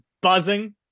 buzzing